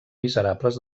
miserables